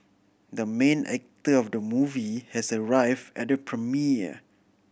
the main actor of the movie has arrived at the premiere